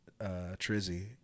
Trizzy